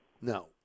No